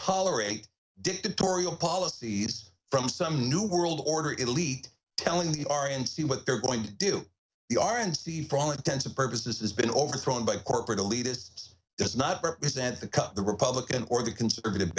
tolerate dictatorial policies from some new world order elite telling the r and c what they're going to do the r and d for all intents and purposes has been overthrown by corporate elitists does not represent the cut the republican or the conservative